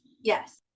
Yes